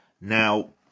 Now